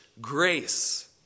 grace